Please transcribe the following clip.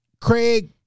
Craig